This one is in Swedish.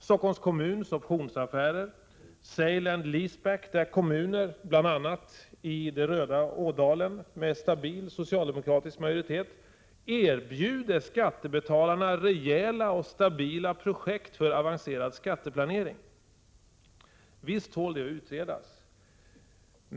Stockholms kommuns optionsaffärer, sale and lease back, där kommuner bl.a. i röda Ådalen med stabil socialdemokratisk majoritet erbjuder skattebetalarna rejäla och stabila projekt för avancerad skatteplanering. Visst tål det att utredas.